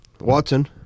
Watson